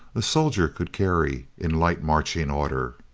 a soldier could carry in light marching order.